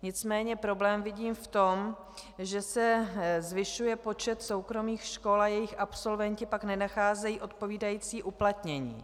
Nicméně problém vidím v tom, že se zvyšuje počet soukromých škol a jejich absolventi pak nenacházejí odpovídající uplatnění.